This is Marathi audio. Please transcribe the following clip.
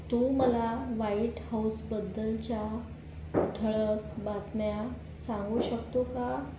तू मला वाइट हाऊसबद्दलच्या ठळक बातम्या सांगू शकतो का